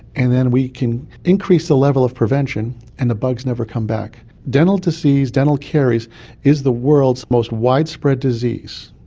and then we can increase the level of prevention and the bugs never come back. dental disease, dental caries is the world's most widespread disease,